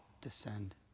descend